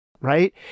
right